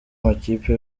amakipe